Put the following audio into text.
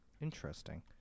Interesting